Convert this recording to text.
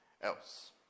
else